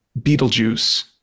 Beetlejuice